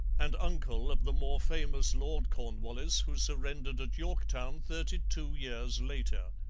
and uncle of the more famous lord cornwallis who surrendered at yorktown thirty-two years later.